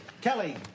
Kelly